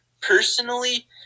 personally